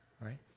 right